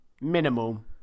minimal